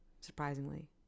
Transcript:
surprisingly